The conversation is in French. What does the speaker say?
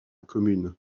commune